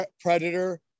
Predator